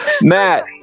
Matt